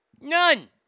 None